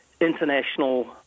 international